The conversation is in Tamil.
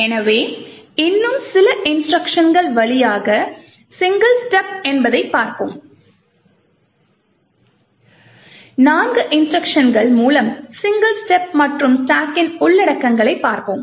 எனவே இன்னும் சில இன்ஸ்ட்ருக்ஷன்கள் வழியாக சிங்கிள் ஸ்டேப் என்பதை பார்ப்போம் நான்கு இன்ஸ்ட்ருக்ஷன்கள் மூலம் சிங்கிள் ஸ்டேப் மற்றும் ஸ்டாக்கின் உள்ளடக்கங்களைப் பார்ப்போம்